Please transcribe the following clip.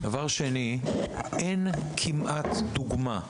דבר שני, אין כמעט דוגמה,